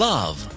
Love